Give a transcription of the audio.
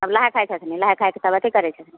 सब नहाए खाए करै छथनि नहाए खाएके तब अथी करै छथिन